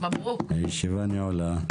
הישיבה נעולה.